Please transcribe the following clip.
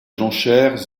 jonchère